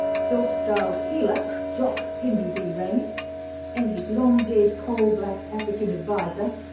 self-styled healer doc henry b raine and his long dead cold black african advisor,